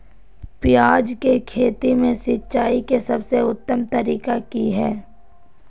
प्याज के खेती में सिंचाई के सबसे उत्तम तरीका की है?